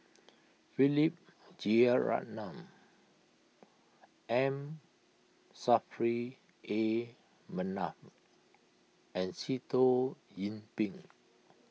Philip Jeyaretnam M Saffri A Manaf and Sitoh Yih Pin